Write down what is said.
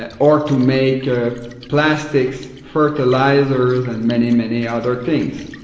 ah or to make plastics, fertilizers and many many other things